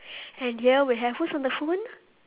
and here we have who's on the phone